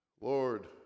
Lord